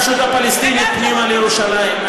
את הרשות הפלסטינית פנימה לירושלים.